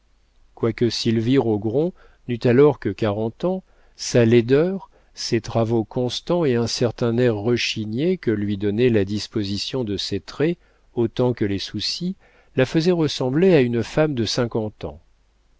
quoique sylvie rogron n'eût alors que quarante ans sa laideur ses travaux constants et un certain air rechigné que lui donnait la disposition de ses traits autant que les soucis la faisaient ressembler à une femme de cinquante ans